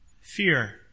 fear